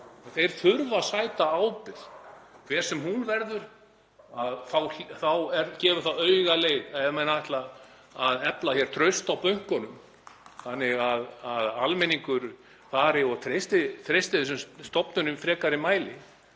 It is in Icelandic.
þeir þurfa að sæta ábyrgð. Hver sem hún verður gefur það augaleið að ef menn ætla að efla traust á bönkunum þannig að almenningur fari að treysta þessum stofnunum í frekari mæli